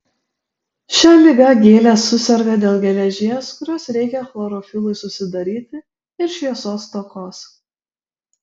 šia liga gėlės suserga dėl geležies kurios reikia chlorofilui susidaryti ir šviesos stokos